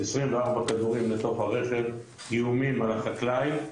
24 כדורים לתוך הרכב, איומים של החקלאי,